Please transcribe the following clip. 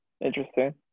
Interesting